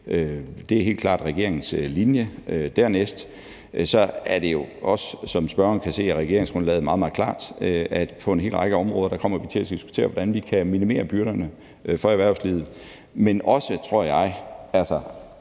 Det er helt klart regeringens linje. Dernæst er det jo også, som spørgeren kan se af regeringsgrundlaget, meget, meget klart, at vi på en hel række områder kommer til at skulle diskutere, hvordan vi kan minimere byrderne for erhvervslivet, men også, tror jeg, dermed